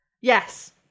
Yes